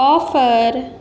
offer